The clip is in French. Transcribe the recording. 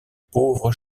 pauvres